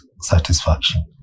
satisfaction